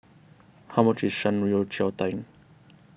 how much is Shan Rui Yao Cai Tang